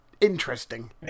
interesting